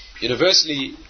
universally